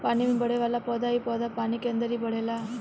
पानी में बढ़ेवाला पौधा इ पौधा पानी के अंदर ही बढ़ेला